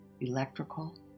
electrical